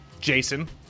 Jason